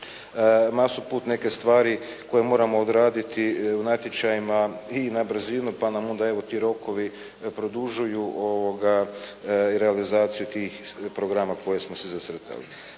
masu puta neke stvari koje moramo odraditi u natječajima i na brzinu pa nam onda evo ti rokovi produžuju i realizaciju tih programa koje smo si zacrtali.